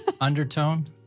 undertone